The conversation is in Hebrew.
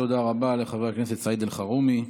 תודה רבה לחבר הכנסת סעיד אלחרומי.